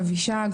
שמי אבישג סבג,